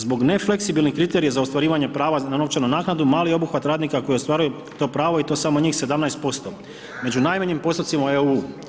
Zbog nefleksibilnih kriterija za ostvarivanje prava na novčanu naknadu mali obuhvat radnika koji ostvaruje to pravo i to samo njih 17%, među najmanjim postocima u EU.